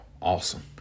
awesome